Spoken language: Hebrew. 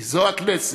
כי זו הכנסת,